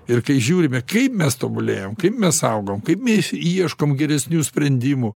ir kai žiūrime kaip mes tobulėjom kaip mes augom kaip mes ieškom geresnių sprendimų